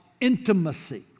intimacy